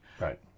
Right